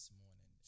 morning